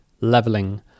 Leveling